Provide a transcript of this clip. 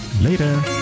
Later